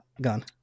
gone